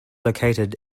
located